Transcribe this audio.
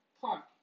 park